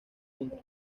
punto